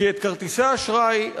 כי את כרטיסי האשראי,